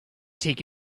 take